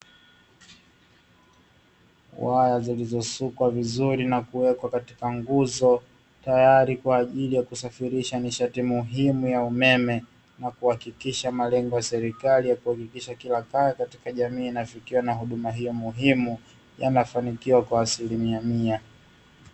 Waya zilizosukwa vizuri na kuwekwa katika nguzo, tayari kwa ajili ya kusafirisha nishati muhimu ya umeme na kuhakikisha malengo ya serikali ya kuhakikisha kila kaya katika jamii inafikiwa na huduma hiyo muhimu, yanafanikiwa kwa asilimia mia.